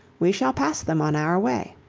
we shall pass them on our way.